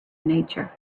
nature